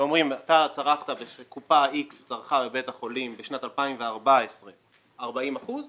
אומרים שקופה איקס צרכה בבית החולים 40 אחוזים בשנת 2014,